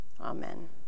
Amen